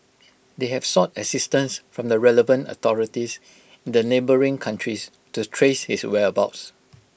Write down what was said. they have sought assistance from the relevant authorities in the neighbouring countries to trace his whereabouts